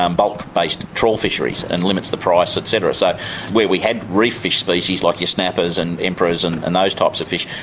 um bulk-based trawl fisheries, and limits the price, et cetera. so where we had re-fished species, like your snappers and emperors and and those types of fish,